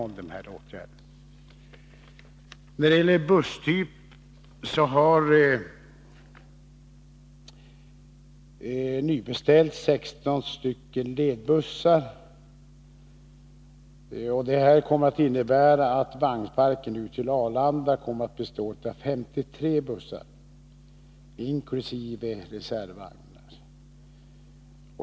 När det gäller busstyp har 16 ledbussar beställts. Det kommer att innebära att vagnparken för sträckan Stockholm-Arlanda kommer att bestå av 53 bussar, inkl. reservvagnar.